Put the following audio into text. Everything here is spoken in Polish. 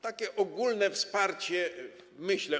Takie ogólne wsparcie, myślę.